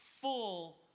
full